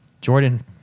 Jordan